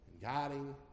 guiding